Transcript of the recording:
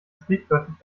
sprichwörtlich